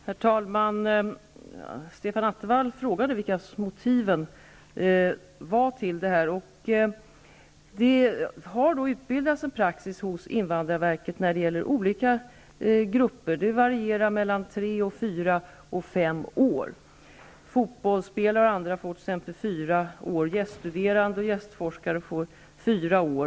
Herr talman! Stefan Attefall frågade vilka motiven var för detta. Det har utbildats en praxis hos invandrarverket när det gäller olika grupper. Det va rierar mellan tre, fyra och fem år. Fotbollsspelare och andra får t.ex. uppe hållstillstånd i fyra år. Gäststuderande och gästforskare får stanna i fyra år.